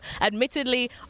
admittedly